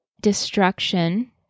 destruction